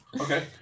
Okay